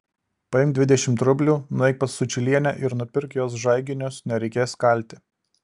paimk dvidešimt rublių nueik pas sučylienę ir nupirk jos žaiginius nereikės kalti